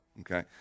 okay